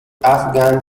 afghan